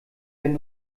wenn